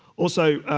also,